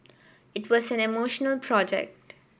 it was an emotional project